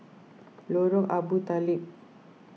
Lorong Abu Talib